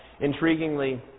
Intriguingly